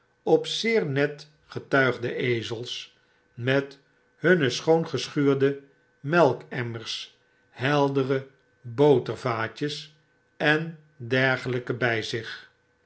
op zeer net getuigde ezels met hunne schoongeschuurde melkemmers heldere botervaatjes en dergelyken by zich